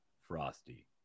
frosty